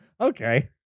Okay